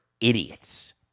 idiots